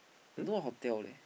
don't know what hotel leh